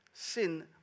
Sin